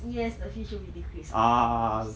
yes the fees should be decreased of course